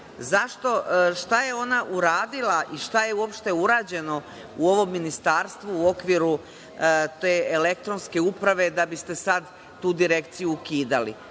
Zašto? Šta je ona uradila i šta je uopšte urađeno u ovom ministarstvu u okviru te elektronske uprave, da biste sad tu direkciju ukidali?